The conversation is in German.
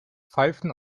pfeifen